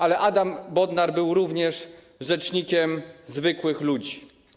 Adam Bodnar był również rzecznikiem zwykłych ludzi.